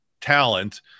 talent